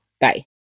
Bye